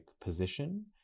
position